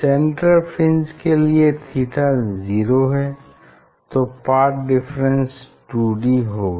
central fringe के लिए theta zero है तो पाथ डिफरेंस 2d होगा